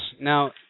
Now